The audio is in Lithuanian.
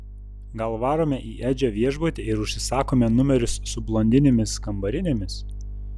gal varome į edžio viešbutį ir užsisakome numerius su blondinėmis kambarinėmis